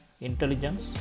intelligence